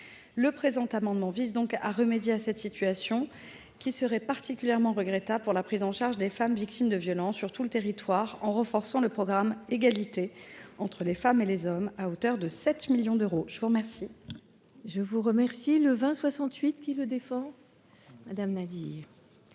Le présent amendement vise à remédier à cette situation, qui serait particulièrement regrettable pour la prise en charge des femmes victimes de violences sur tout le territoire, en renforçant les crédits du programme 137, « Égalité entre les femmes et les hommes », à hauteur de 7 millions d’euros. La parole